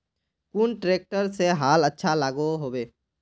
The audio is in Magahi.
कुन ट्रैक्टर से हाल अच्छा लागोहो होबे?